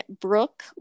Brooke